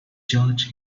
george